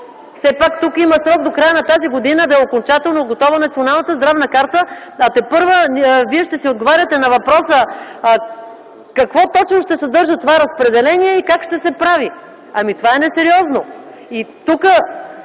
Все пак тук има срок до края на тази година да е окончателно готова Националната здравна карта, а тепърва вие ще си отговаряте на въпроса какво точно ще съдържа това разпределение и как ще се прави. Ами, това е несериозно!